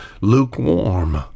lukewarm